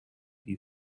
the